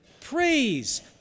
praise